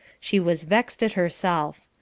she was vexed at herself.